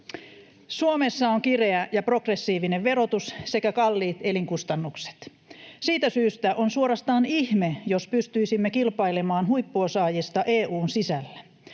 Suomessa on kireä ja progressiivinen verotus sekä kalliit elinkustannukset. Siitä syystä on suorastaan ihme, jos pystyisimme kilpailemaan huippuosaajista EU:n sisällä.